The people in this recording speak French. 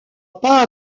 pas